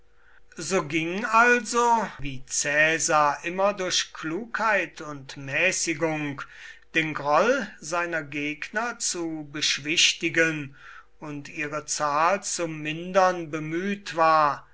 so ging also wie caesar immer durch klugheit und mäßigung den groll seiner gegner zu beschwichtigen und ihre zahl zu mindern bemüht war